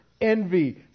envy